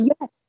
Yes